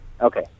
Okay